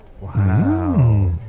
Wow